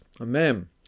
amen